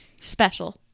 special